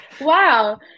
Wow